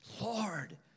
Lord